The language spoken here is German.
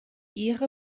ehre